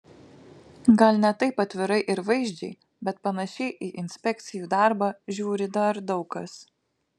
gal ne taip atvirai ir vaizdžiai bet panašiai į inspekcijų darbą žiūri dar daug kas